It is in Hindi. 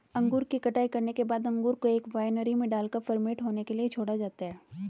अंगूर की कटाई करने के बाद अंगूर को एक वायनरी में डालकर फर्मेंट होने के लिए छोड़ा जाता है